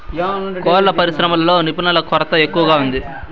కోళ్ళ పరిశ్రమలో నిపుణుల కొరత ఎక్కువగా ఉంది